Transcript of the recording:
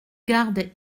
gardes